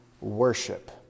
worship